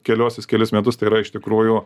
keliosios kelis metus tai yra iš tikrųjų